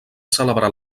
celebrar